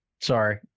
sorry